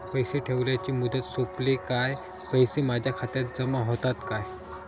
पैसे ठेवल्याची मुदत सोपली काय पैसे माझ्या खात्यात जमा होतात काय?